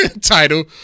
title